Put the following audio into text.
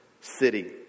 city